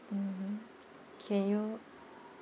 mmhmm can you